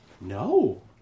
No